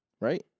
Right